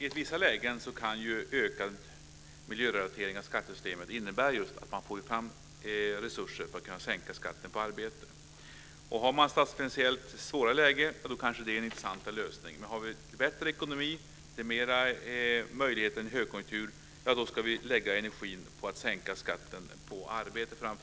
I vissa lägen kan en ökad miljörelatering av skattesystemet innebära att man får fram resurser för att sänka skatten på arbete. I ett statsfinansiellt svårt läge kan det vara en intressant lösning. I en högkonjunktur med bättre ekonomi och större möjligheter ska vi lägga energin på att sänka skatten på framför allt arbete.